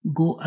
go